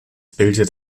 bildet